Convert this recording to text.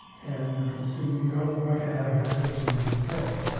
and you can see you don't want to have that person as a friend.